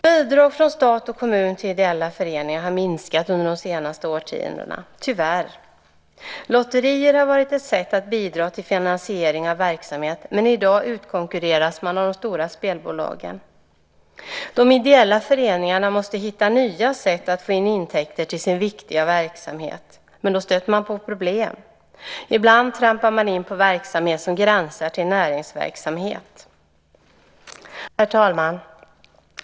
Bidragen från stat och kommun till ideella föreningar har minskat under de senaste årtiondena, tyvärr. Lotterier har varit ett sätt att bidra till finansiering av verksamhet, men i dag utkonkurreras man av de stora spelbolagen. De ideella föreningarna måste hitta nya sätt att få in intäkter till sin viktiga verksamhet, men då stöter man på problem. Ibland trampar man in på verksamhet som gränsar till näringsverksamhet. Herr talman!